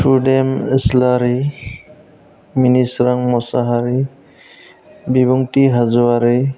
सुदेम इस्लारि मिनिसोरां मसाहारि बिबुंति हाज'वारि